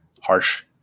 Harsh